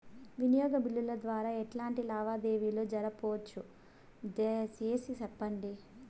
వినియోగ బిల్లుల ద్వారా ఎట్లాంటి లావాదేవీలు జరపొచ్చు, దయసేసి సెప్పండి?